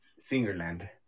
Singerland